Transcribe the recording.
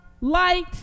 light